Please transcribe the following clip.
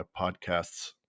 podcasts